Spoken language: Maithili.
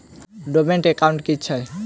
डोर्मेंट एकाउंट की छैक?